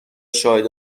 شاهد